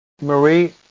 Marie